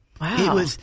Wow